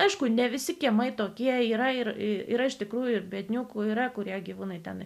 aišku ne visi kiemai tokie yra ir yra iš tikrųjų ir biedniokų yra kurie gyvūnai ten